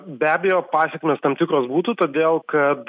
be abejo pasekmės tam tikros būtų todėl kad